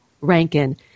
Rankin